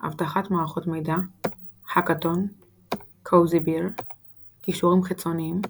אבטחת מערכות מידע האקאתון Cozy Bear קישורים חיצוניים